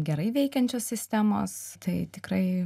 gerai veikiančios sistemos tai tikrai